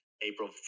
April